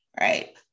right